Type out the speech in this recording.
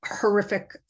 horrific